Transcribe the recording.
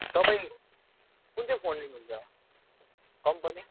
तपाईँ कुन चाहिँ फोन लिनुहुन्छ कम्पनी